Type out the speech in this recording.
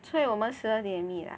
所以我们十二点 meet ah